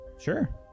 Sure